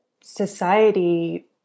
society